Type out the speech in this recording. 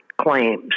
claims